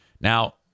Now